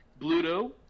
Bluto